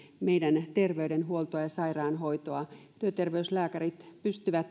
terveydenhuoltoa ja sairaanhoitoa työterveyslääkärit